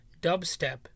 dubstep